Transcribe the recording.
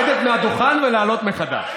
אני מבקש לרדת מהדוכן ולעלות מחדש.